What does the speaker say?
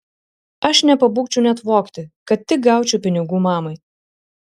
aš nepabūgčiau net vogti kad tik gaučiau pinigų mamai